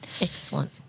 Excellent